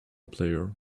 player